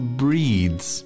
breeds